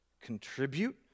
contribute